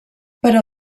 però